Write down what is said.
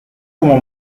como